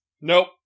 Nope